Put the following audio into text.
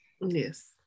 yes